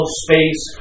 space